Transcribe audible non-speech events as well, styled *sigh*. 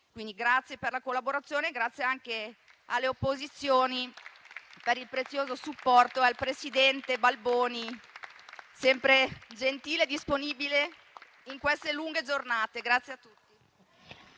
quindi, per la collaborazione, grazie anche alle opposizioni per il prezioso supporto, grazie al presidente Balboni, sempre gentile e disponibile in queste lunghe giornate. *applause*